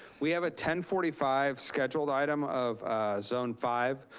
we have a ten forty five scheduled item of zone five.